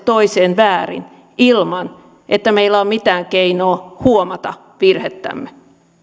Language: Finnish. toiseen väärin ilman että meillä on mitään keinoa huomata virhettämme